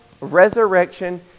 resurrection